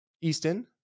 Easton